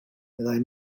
meddai